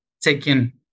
taking